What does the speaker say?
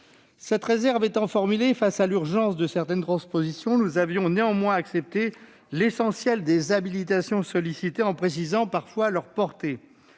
Cette réserve étant formulée, face à l'urgence de certaines transpositions, nous avions néanmoins accepté l'essentiel des habilitations sollicitées, en précisant parfois leur portée.